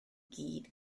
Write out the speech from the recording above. gyd